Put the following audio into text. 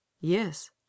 Yes